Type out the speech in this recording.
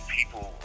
People